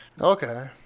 Okay